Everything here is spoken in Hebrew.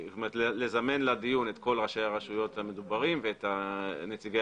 לזמן לדיון את ראשי הרשויות ואת נציגי